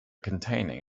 containing